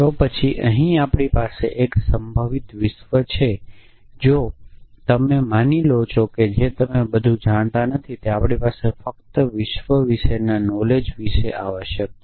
તો પછી એકએ શું કહેવું જોઈએ કે ત્યાં સંભવિત વિશ્વ છે તેથી જો તમે માની લો કે જે બધું તમે જાણતા નથી તે આપણી પાસે ફક્ત વિશ્વ વિશેના નોલેજ વિશે આવશ્યક છે